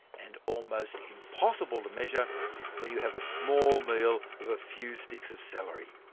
and almost impossible to measure when you have a small meal of a few sticks of celery.